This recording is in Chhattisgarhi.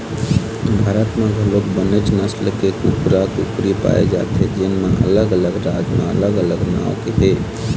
भारत म घलोक बनेच नसल के कुकरा, कुकरी पाए जाथे जेन अलग अलग राज म अलग अलग नांव के हे